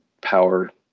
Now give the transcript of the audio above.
power